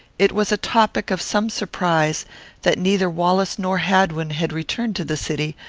it was a topic of some surprise that neither wallace nor hadwin had returned to the city,